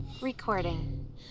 Recording